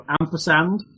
ampersand